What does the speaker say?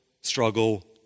struggle